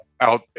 out